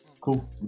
Cool